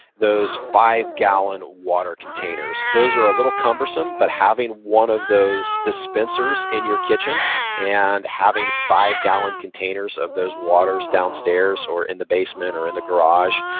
those five-gallon water containers. those are a little cumbersome, but having one of those dispensers in your kitchen and having five-gallon containers of those waters downstairs or in the basement or in the garage,